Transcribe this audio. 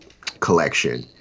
collection